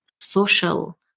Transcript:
social